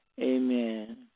Amen